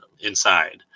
inside